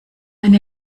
eine